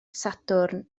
sadwrn